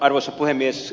arvoisa puhemies